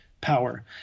power